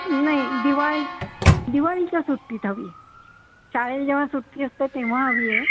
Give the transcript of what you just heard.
नाही दिवाळी दिवाळीच्या सुट्टीत हवी शाळेला जेव्हा सुट्टी असते तेव्हा हवी आहे